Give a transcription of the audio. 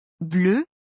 Bleu